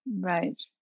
right